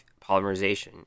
polymerization